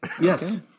Yes